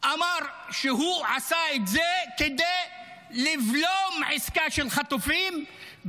אמר שהוא עשה את זה כדי לבלום עסקה של חטופים,